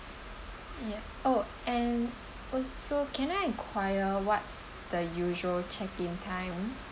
yup oh and ealso can I enquire what's the usual check in time